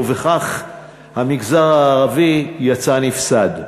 ובכך המגזר הערבי יצא נפסד.